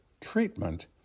treatment